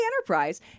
Enterprise